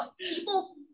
people